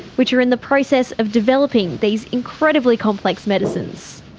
which are in the process of developing these incredibly complex medicines.